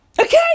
Okay